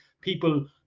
people